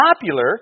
popular